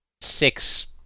six